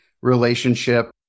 relationship